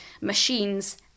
machines